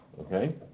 okay